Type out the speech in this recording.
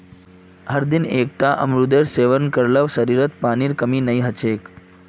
हरदिन एकता अमरूदेर सेवन कर ल शरीरत पानीर कमी नई ह छेक